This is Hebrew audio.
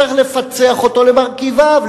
צריך לפצח אותו למרכיביו,